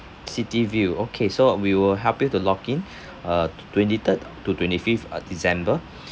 city view okay so we will help you to lock in uh twenty-third to twenty-fifth uh december